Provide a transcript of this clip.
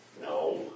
No